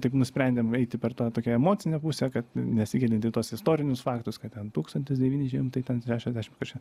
taip nusprendėm eiti per tą tokią emocinę pusę kad nesigilinti į tuos istorinius faktus kad ten tūkstantis devyni šimtai ten trečio dešimtmečio